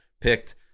picked